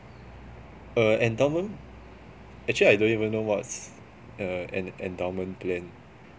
err endowment actually I don't even know what's uh en~ endowment plan